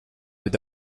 with